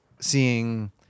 seeing